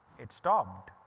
it stopped.